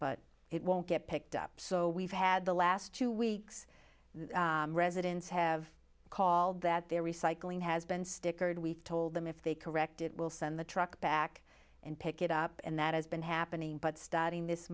but it won't get picked up so we've had the last two weeks residents have call that their recycling has been stickered we've told them if they correct it will send the truck back and pick it up and that has been happening but studying this